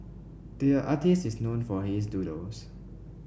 the artist is known for his doodles